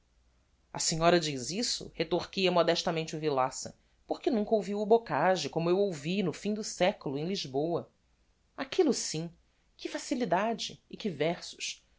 a senhora diz isso retorquia modestamente o villaça porque nunca ouviu o bocage como eu ouvi no fim do século em lisboa aquillo sim que facilidade e que versos